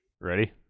Ready